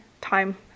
Time